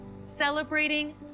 celebrating